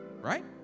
right